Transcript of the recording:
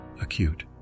acute